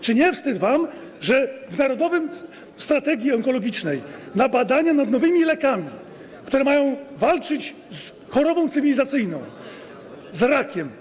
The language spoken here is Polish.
Czy nie wstyd wam, że w ramach narodowej strategii onkologicznej na badania nad nowymi lekami, które mają walczyć z chorobą cywilizacyjną, z rakiem.